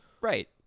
Right